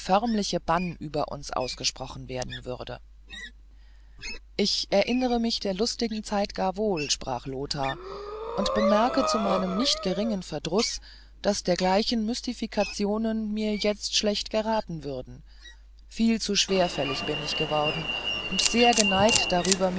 über uns ausgesprochen werden würde ich erinnre mich der lustigen zeit gar wohl sprach lothar und bemerke zu meinem nicht geringen verdruß daß dergleichen mystifikationen mir jetzt schlecht geraten würden viel zu schwerfällig bin ich geworden und sehr geneigt darüber